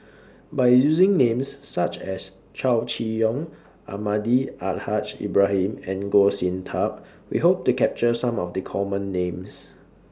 By using Names such as Chow Chee Yong Almahdi Al Haj Ibrahim and Goh Sin Tub We Hope to capture Some of The Common Names